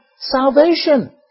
Salvation